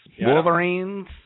Wolverines